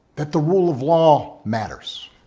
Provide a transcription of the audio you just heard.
that the rule of law matters,